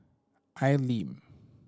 Al Lim